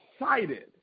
excited